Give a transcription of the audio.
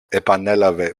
επανέλαβε